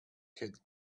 kid